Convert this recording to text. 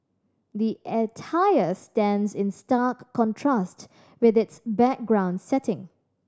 the attire stands in stark contrast with its background setting